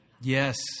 Yes